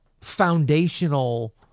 foundational